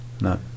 No